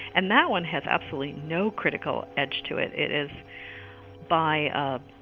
and that one has absolutely no critical edge to it. it is by ah